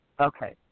Okay